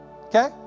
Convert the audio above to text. okay